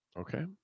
Okay